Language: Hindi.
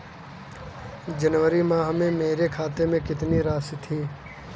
जनवरी माह में मेरे खाते में कितनी राशि थी?